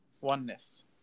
oneness